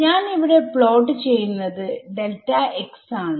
ഞാൻ ഇവിടെ പ്ലോട്ട് ചെയ്യുന്നത് ആണ്ണ്